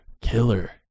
killer